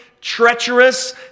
treacherous